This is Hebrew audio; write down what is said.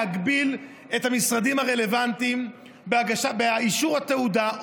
להגביל את המשרדים הרלוונטיים באישור התעודה,